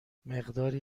مقداری